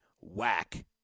whack